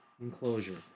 enclosure